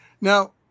Now